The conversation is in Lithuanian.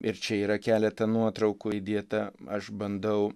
ir čia yra keletą nuotraukų įdėta aš bandau